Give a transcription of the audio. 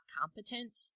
competent